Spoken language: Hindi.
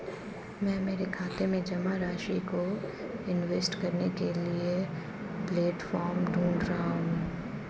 मैं मेरे खाते में जमा राशि को इन्वेस्ट करने के लिए प्लेटफॉर्म ढूंढ रही हूँ